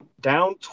down